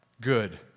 Good